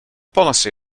policy